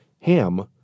Ham